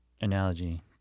analogy